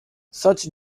such